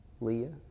Leah